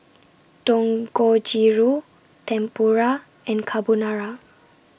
Dangojiru Tempura and Carbonara